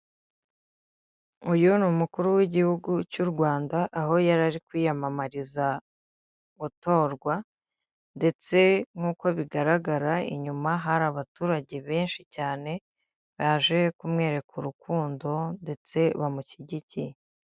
Uyu ni umukuru w'igihugu cy'u Rwanda aho yari kwiyamamariza gutorwa ndetse nk'uko bigaragara inyuma hari abaturage benshi cyane baje kumwereka urukundo ndetse bamushyigikiye.